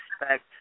expect